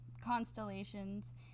constellations